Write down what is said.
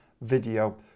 video